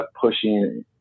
Pushing